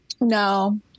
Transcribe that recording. No